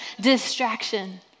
Distraction